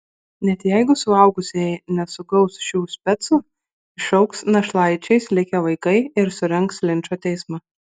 net jeigu suaugusieji nesugaus šių specų išaugs našlaičiais likę vaikai ir surengs linčo teismą